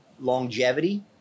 Longevity